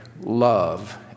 Love